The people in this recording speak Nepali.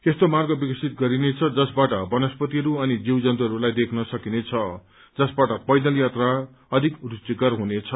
यस्तो मार्ग विकसित गरिनेछ जसबाट वनस्पतिहरू अनि जीवजन्तुहरूलाई देख्न सकिन्छं जसबाट ट्रेकिङ अधिक रूचिकार हुनेछ